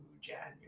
January